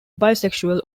bisexual